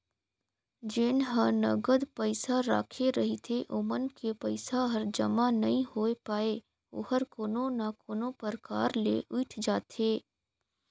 जेन ह नगद पइसा राखे रहिथे ओमन के पइसा हर जमा नइ होए पाये ओहर कोनो ना कोनो परकार ले उइठ जाथे